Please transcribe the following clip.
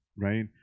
right